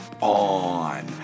on